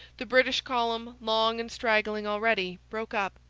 the british column, long and straggling already, broke up,